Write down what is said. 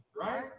Right